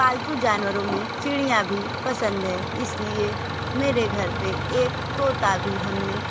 पालतू जानवरों में चिड़िया भी पसंद है इसलिए मेरे घर पर एक तोता भी हमने